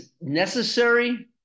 necessary